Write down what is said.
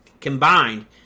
combined